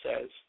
says